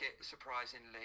surprisingly